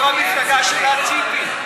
יו"ר המפלגה שלה היא ציפי.